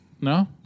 No